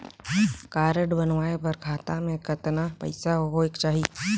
Card बनवाय बर खाता मे कतना पईसा होएक चाही?